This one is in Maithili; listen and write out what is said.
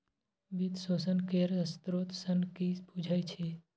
वित्त पोषण केर स्रोत सँ कि बुझै छी